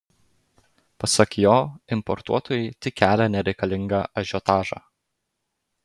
pasak jo importuotojai tik kelia nereikalingą ažiotažą